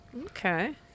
Okay